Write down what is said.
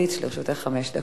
לרשותך חמש דקות.